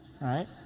right